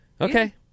Okay